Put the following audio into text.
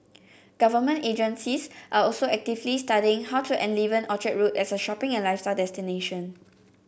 government agencies are also actively studying how to enliven Orchard Road as a shopping and lifestyle destination